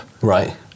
Right